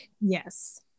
Yes